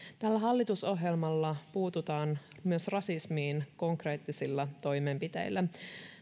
tällä hallitusohjelmalla puututaan myös rasismiin konkreettisilla toimenpiteillä